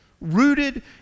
Rooted